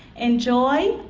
enjoy,